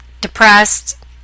depressed